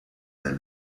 del